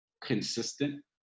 consistent